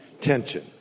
tension